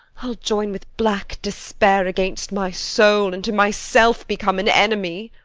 i'll join with black despair against my soul, and to myself become an enemy.